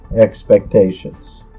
expectations